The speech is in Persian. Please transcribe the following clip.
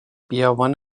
بیابان